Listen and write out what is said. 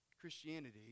Christianity